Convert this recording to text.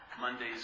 Monday's